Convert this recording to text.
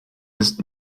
ist